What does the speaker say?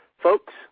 Folks